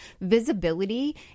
visibility